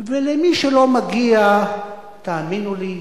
ולמי שלא מגיע, תאמינו לי,